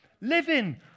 living